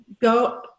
go